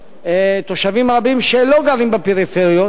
לתושבים רבים שלא גרים בפריפריות,